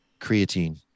creatine